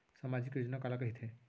सामाजिक योजना काला कहिथे?